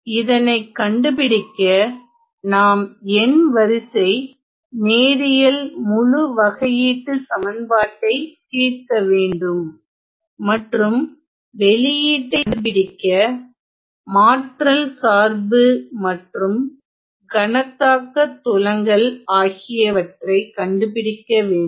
இதனை கண்டுபிடிக்க நாம் n வரிசை நேரியல் முழு வகையீட்டுச் சமன்பாட்டை தீர்க்க வேண்டும் மற்றும் வெளியீட்டை கண்டுபிடிக்க மாற்றல் சார்பு மற்றும் கணத்தாக்கத் துலங்கல் ஆகியவற்றை கண்டுபிடிக்க வேண்டும்